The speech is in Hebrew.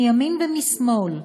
מימין ומשמאל,